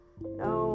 No